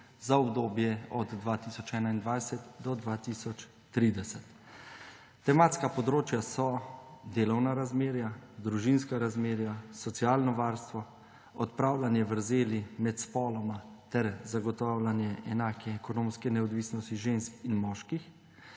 za obdobje od 2021 do 2030. Tematska področja so delovna razmerja, družinska razmerja, socialno varstvo, odpravljanje vrzeli med spoloma ter zagotavljanje enake ekonomske neodvisnosti žensk in moških.